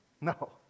No